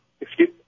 Excuse